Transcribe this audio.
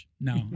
No